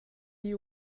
igl